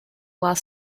while